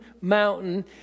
mountain